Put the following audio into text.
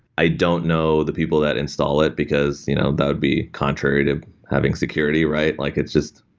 i don't know the people that install it, because you know that would be contrary to having security, right? like it's just,